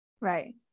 Right